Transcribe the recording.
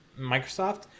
Microsoft